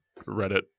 Reddit